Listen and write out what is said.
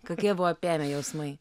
kokie buvo apėmę jausmai